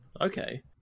Okay